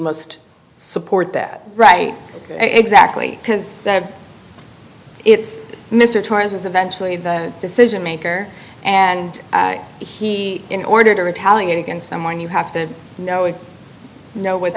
must support that right exactly because it's mr torres was eventually the decision maker and he in order to retaliate against someone you have to know we know with